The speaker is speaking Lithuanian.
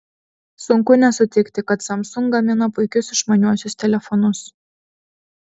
sunku nesutikti kad samsung gamina puikius išmaniuosius telefonus